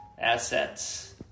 assets